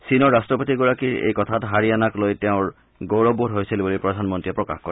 চীনৰ ৰাট্টপতিগৰাকীৰ এই কথাত হাৰিয়ানাক লৈ তেওঁৰ গৌৰৱবোধ হৈছিল বুলি প্ৰধানমন্ত্ৰীয়ে প্ৰকাশ কৰে